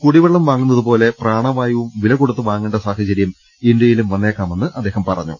കുടിവെളളം വാങ്ങുന്നതുപോലെ പ്രാണ വായുവും വിലകൊടുത്തു വാങ്ങേണ്ട സാഹചര്യം ഇന്ത്യയിലും വന്നേ ക്കാമെന്ന് അദ്ദേഹം പറഞ്ഞു